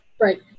Right